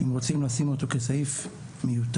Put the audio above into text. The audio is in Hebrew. אם רוצים לשים אותו כסעיף מיותר,